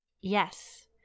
yes